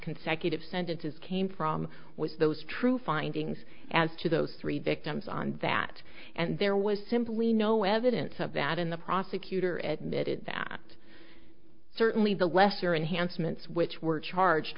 consecutive sentences came from with those true findings as to those three victims on that and there was simply no evidence of that in the prosecutor admitting that certainly the lesser enhanced ment's which were charged